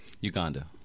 Uganda